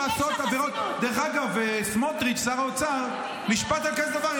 דרך אגב, שר האוצר סמוטריץ' נשפט על כזה דבר.